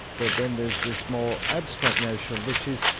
but then there's this small abstract notion, which is,